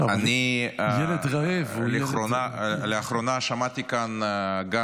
ילד רעב הוא ילד --- לאחרונה שמעתי כאן גם